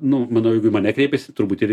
nu manau jeigu į mane kreipėsi turbūt ir